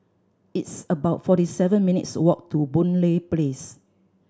it's about forty seven minutes' walk to Boon Lay Place